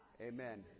Amen